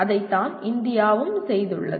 அதைத்தான் இந்தியாவும் செய்துள்ளது